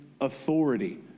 authority